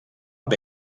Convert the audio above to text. amb